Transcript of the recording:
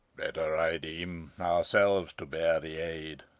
better, i deem, ourselves to bear the aid,